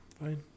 Fine